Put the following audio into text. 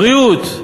בריאות,